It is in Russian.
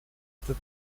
этот